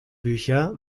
bücher